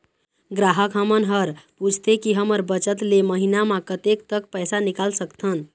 ग्राहक हमन हर पूछथें की हमर बचत ले महीना मा कतेक तक पैसा निकाल सकथन?